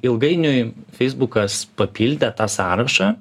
ilgainiui feisbukas papildė tą sąrašą